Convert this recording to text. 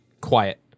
quiet